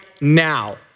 now